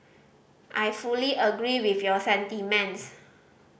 I fully agree with your sentiments